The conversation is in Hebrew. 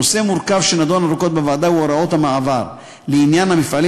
נושא מורכב שנדון ארוכות בוועדה הוא הוראות המעבר לעניין המפעלים